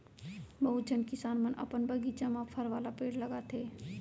बहुत झन किसान मन अपन बगीचा म फर वाला पेड़ लगाथें